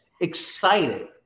excited